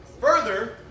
further